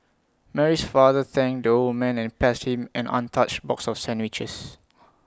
Mary's father thanked the old man and passed him an untouched box of sandwiches